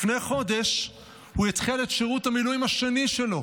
לפני חודש הוא התחיל את שירות המילואים השני שלו.